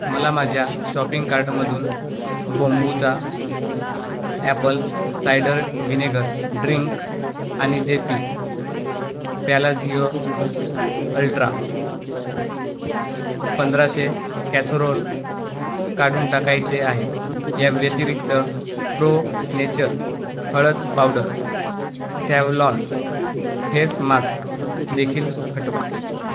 मला माझ्या शॉपिंग कार्टमधून बॉम्बूचा ॲपल सायडर विनेगर ड्रिंक आणि जेपी पॅलाझिओ अल्ट्रा पंंधराशे कॅसरोल काढून टाकायचे आहेत या व्यतिरिक्त प्रो नेचर हळद पावडर सॅव्हलॉन फेस मास्कदेखील हटवा